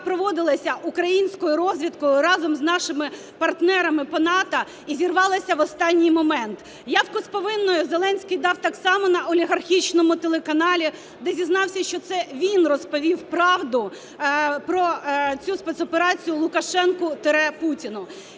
проводилася українською розвідкою разом з нашими партнерами по НАТО і зірвалася в останній момент. Явку з повинною Зеленський дав так само на олігархічному телеканалі, де зізнався, що це він розповів правду про цю спецоперацію Лукашенку тире Путіну.